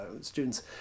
students